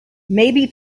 maybe